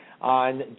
on